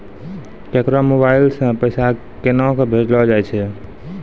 केकरो मोबाइल सऽ पैसा केनक भेजलो जाय छै?